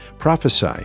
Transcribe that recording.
prophesy